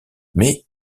mais